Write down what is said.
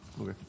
Okay